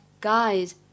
guys